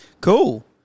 Cool